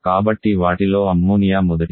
కాబట్టి వాటిలో అమ్మోనియా మొదటిది